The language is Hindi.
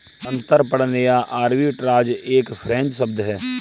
अंतरपणन या आर्बिट्राज एक फ्रेंच शब्द है